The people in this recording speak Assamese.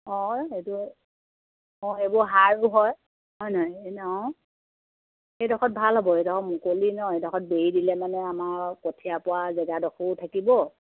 অঁ সেইটো অঁ এইবোৰ সাৰো হয় হয় নহয় এনে অঁ সেইডোখত ভাল হ'ব সেইডোখৰত মুকলি ন সেইডোখৰত বেৰি দিলে মানে আমাৰ আউ কঠীয়া পৰা জেগাডোখৰো থাকিব